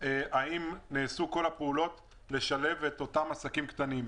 האם נעשו כל הפעולות לשלב את אותם עסקים קטנים.